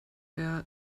der